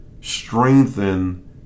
Strengthen